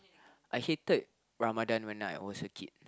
I hated Ramadan when I was a kid